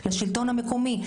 לשלטון המקומי.